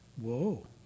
Whoa